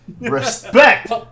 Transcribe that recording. Respect